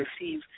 receive